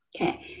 okay